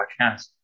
podcast